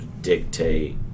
dictate